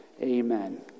amen